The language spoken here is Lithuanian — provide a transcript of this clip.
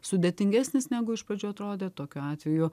sudėtingesnis negu iš pradžių atrodė tokiu atveju